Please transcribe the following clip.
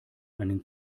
einen